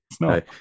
No